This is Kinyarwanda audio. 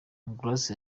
grace